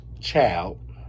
child